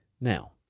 Now